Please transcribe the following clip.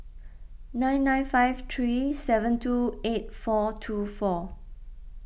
nine nine five three seven two eight four two four